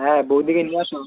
হ্যাঁ বৌদিকে নিয়ে আসো